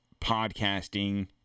podcasting